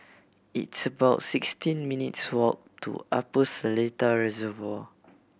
it's about sixteen minutes' walk to Upper Seletar Reservoir